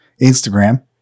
Instagram